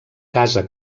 casa